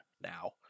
now